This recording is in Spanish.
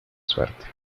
suerte